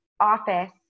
office